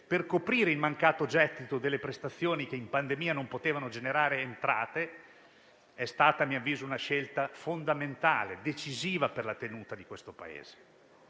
per coprire il mancato gettito delle prestazioni che in pandemia non potevano generare entrate, sono state, a mio avviso, scelte fondamentali e decisive per la tenuta di questo Paese.